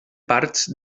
parts